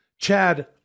Chad